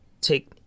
take